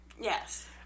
Yes